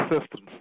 systems